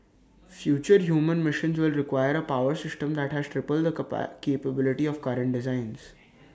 future human missions will require A power system that has triple the capability of current designs